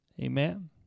Amen